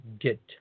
get